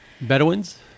Bedouins